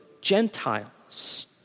Gentiles